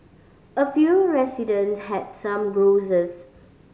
a few resident had some grouses